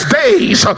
days